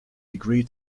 degree